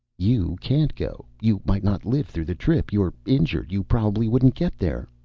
you can't go. you might not live through the trip. you're injured. you probably wouldn't get there.